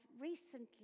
recently